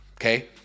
okay